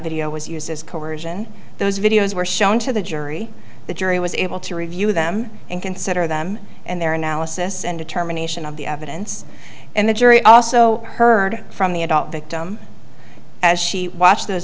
video was used as coersion those videos were shown to the jury the jury was able to review them and consider them and their analysis and determination of the evidence and the jury also heard from the adult victims as she watched those